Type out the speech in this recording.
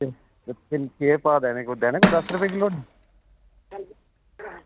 ते केह् भाव देने देने कोई दस्स रपे किलो नी